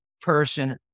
person